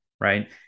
right